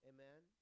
Amen